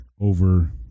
over